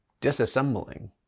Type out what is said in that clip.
disassembling